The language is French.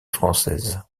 française